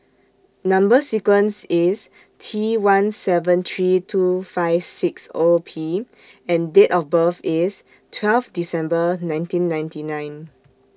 Number sequence IS T one seven three two five six O P and Date of birth IS twelve December nineteen ninety nine